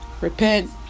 Repent